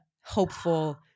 hopeful